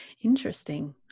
interesting